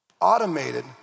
automated